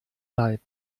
leib